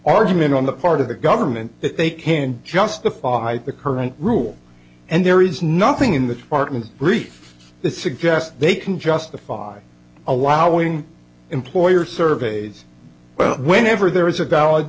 argument on the part of the government that they can't justify the current rule and there is nothing in the department brief that suggests they can justify allowing employers surveys well whenever there is a gal